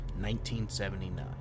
1979